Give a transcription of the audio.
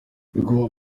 nyakubahwa